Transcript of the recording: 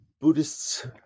Buddhists